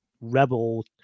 rebel